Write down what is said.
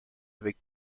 avec